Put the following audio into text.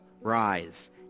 rise